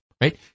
right